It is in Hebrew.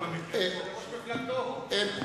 לברק, ראש מפלגתו-הוא.